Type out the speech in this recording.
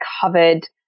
covered